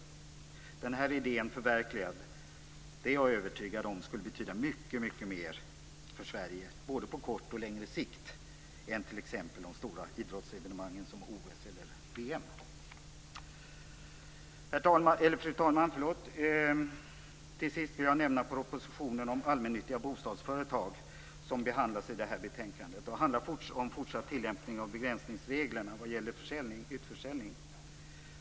Om den här idén förverkligades skulle detta, det är jag övertygad om, betyda mycket mer för Sverige, både på kort sikt och på längre sikt, än t.ex. stora idrottsevenemang som OS eller VM. Fru talman! Till sist vill jag nämna propositionen om allmännyttiga bostadsföretag, som behandlas i det här betänkandet och som handlar om en fortsatt tilllämpning av begränsningsreglerna vad gäller utförsäljning.